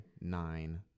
Nine